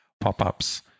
pop-ups